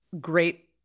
great